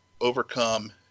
overcome